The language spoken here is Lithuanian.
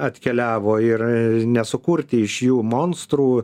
atkeliavo ir nesukurti iš jų monstrų